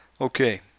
Okay